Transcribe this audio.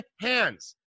hands